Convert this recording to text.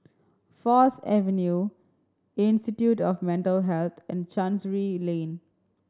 Fourth Avenue Institute of Mental Health and Chancery Lane